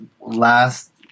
last